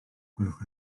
gwelwch